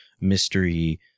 mystery